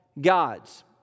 gods